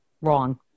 Wrong